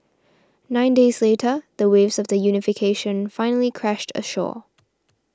nine days later the waves of the unification finally crashed ashore